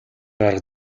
арга